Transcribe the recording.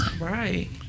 Right